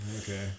Okay